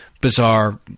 bizarre